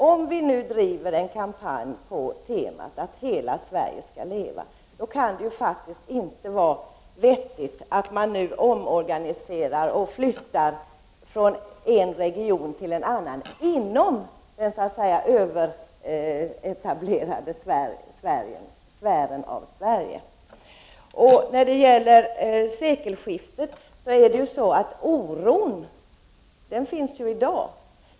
Om vi nu driver en kampanj på temat att hela Sverige skall leva, kan det inte vara vettigt att omorganisera och flytta från en region till en annan inom den överetablerade sfären i Sverige. Förändringar skall ske tidigast vid sekelskiftet, men oron finns i dag.